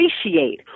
appreciate